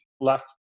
left